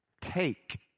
take